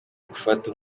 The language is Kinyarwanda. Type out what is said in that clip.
gufata